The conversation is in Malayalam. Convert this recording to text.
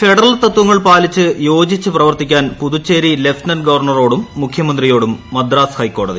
ഫെഡറൽ തത്വങ്ങൾ പാലിച്ച് യോജിച്ച് പ്രവർത്തിക്കാൻ പുതുച്ചേരി ലെഫ്റ്റനന്റ് ഗവർണറോടും മുഖൃമന്ത്രിയോടും മദ്രാസ് ഹൈക്കോടതി